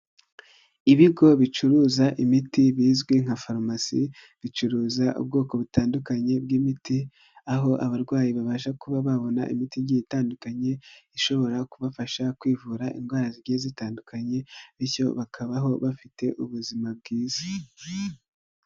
Ibigo bicuruza imiti bizwi nka farumasi, bicuruza ubwoko butandukanye bw'imiti, aho abarwayi babasha kuba babona imiti igiye itandukanye, ishobora kubafasha kwivura indwara zigiye zitandukanye bityo bakabaho bafite ubuzima bwiza.